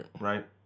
Right